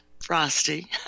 Frosty